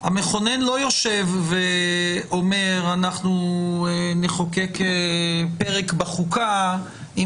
המכונן לא יושב ואומר שאנחנו נחוקק פרק בחוקה עם